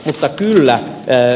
mutta kyllä ed